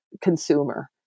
consumer